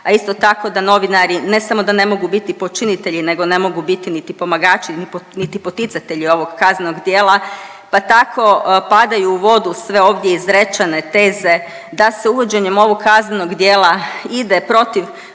a isto tako da novinari ne samo da ne mogu biti počinitelji nego ne mogu biti niti pomagači niti poticatelji ovog kaznenog djela pa tako padaju u vodu sve ovdje izrečene teze da se uvođenjem ovog kaznenog djela ide protiv